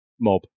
mob